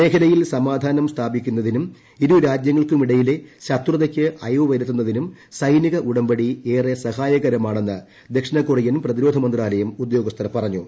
മേഖലയിൽ സമാധാനം സ്ഥാപിക്കുന്നതിനും ഇരുരാജ്യങ്ങൾക്കുമിടയിലെ ശത്രുതയ്ക്ക് അയവുവരുത്തുന്നതിസ്മൂരിക്ക് സൈനിക ഉടമ്പടി ഏറെ സഹായകരമാണെന്ന് ദ്ദക്ഷിണകൊറിയൻ പ്രതിരോധമന്ത്രാലയം ഉദ്യോഗസ്ഥൻ പറഞ്ഞു